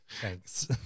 thanks